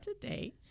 today